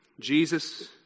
Jesus